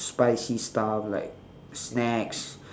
spicy stuff like snacks